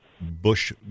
bush